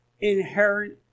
inherent